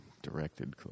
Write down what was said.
directed